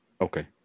Okay